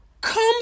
come